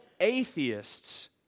atheists